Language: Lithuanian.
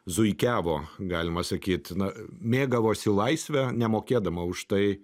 zuikiavo galima sakyt na mėgavosi laisve nemokėdama už tai